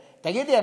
תגידי,